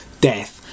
death